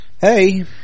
Hey